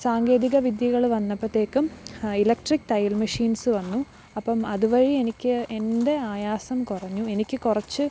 സാങ്കേതിക വിദ്യകൾ വന്നപ്പോഴത്തേക്കും ഇലക്ട്രിക് തയ്യല് മെഷീൻസ് വന്നു അപ്പം അതുവഴി എനിക്ക് എന്റെ ആയാസം കുറഞ്ഞു എനിക്ക് കുറച്ച്